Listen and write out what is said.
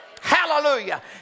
Hallelujah